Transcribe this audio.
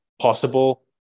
possible